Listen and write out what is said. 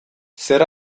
zer